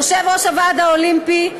יושב-ראש הוועד האולימפי,